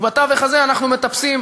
ובתווך הזה אנחנו מטפסים